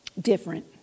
different